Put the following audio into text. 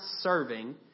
serving